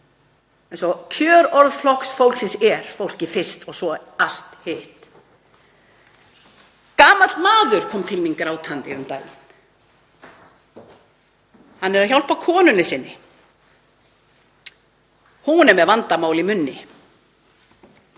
Eins og kjörorð Flokks fólksins er: Fólkið fyrst, svo allt hitt. Gamall maður kom til mín grátandi um daginn, hann er að hjálpa konunni sinni. Hún er með vandamál í munni.